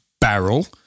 barrel